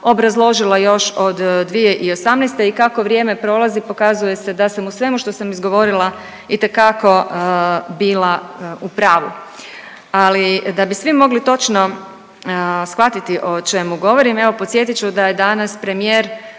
obrazložila još od 2018. i kako vrijeme prolazi, pokazuje se da sam u svemu što sam izgovorila itekako bila u pravu. Ali, da bi svi mogli točno shvatiti o čemu govorim, evo, podsjetit ću da je danas premijer